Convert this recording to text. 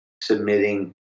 submitting